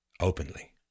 openly